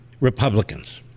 Republicans